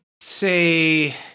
say